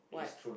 what